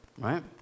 Right